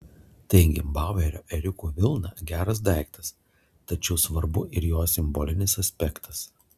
taigi bauerio ėriukų vilna geras daiktas tačiau svarbu ir jos simbolinis aspektas